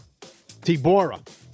Tibora